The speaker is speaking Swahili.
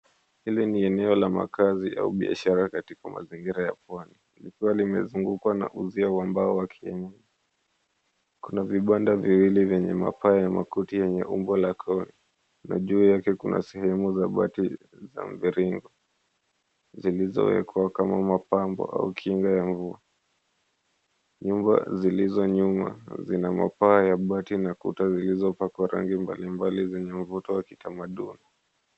Hili ni eneo la makazi au biashara katika mazingira ya pwani. Likiwa limezungukwa na uzio wa mbao wa kijani. Kuna vibanda viwili vyenye mapaa makuti yenye umbo la koni. Na juu yake kuna sehemu za bati za mviringo. Zilizowekwa mapambo au kinga ya mvua. Nyumba zilizo nyuma zina mapaa ya mabati, na kuta zilizopakwa rangi mbalimbali zenye mvuto wakitamaduni.